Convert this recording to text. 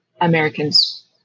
Americans